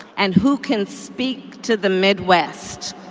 and who can speak to the midwest.